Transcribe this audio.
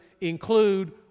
include